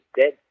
dead